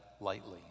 lightly